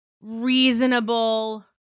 reasonable